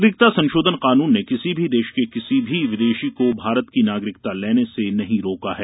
नागरिक संशोधन कानून ने किसी भी देश के किसी भी विदेशी को भारत की नागरिकता लेने से नही रोका है